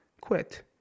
Quit